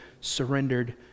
surrendered